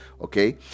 okay